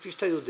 כפי שאתה יודע